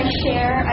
share